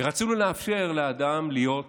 ורצינו לאפשר לאדם להיות שר.